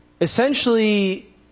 essentially